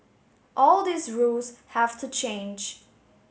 all these rules have to change